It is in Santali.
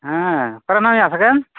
ᱦᱮᱸ ᱚᱠᱟᱨᱮ ᱢᱮᱱᱟᱜ ᱢᱮᱭᱟ ᱥᱟᱜᱮᱱ